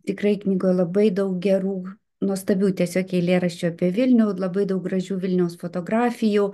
tikrai knygoj labai daug gerų nuostabių tiesiog eilėraščių apie vilniaus labai daug gražių vilniaus fotografijų